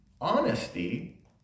Honesty